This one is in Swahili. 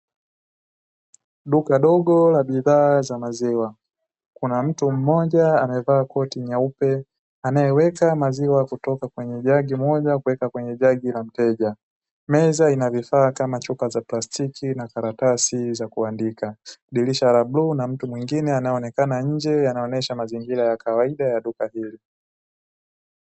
Duka dogo la bidhaa za maziwa. Kuna mtu mmoja amevaa koti jeupe anayeweka maziwa kutoka kwenye jagi moja kuweka kwenye jagi la mteja. Meza ina vifaa kama chupa za plastiki na karatasi za kuandika; dirisha la bluu na mtu mwingine anayeonekana nje yanaonyesha mazingira ya kawaida ya duka hili.